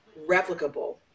replicable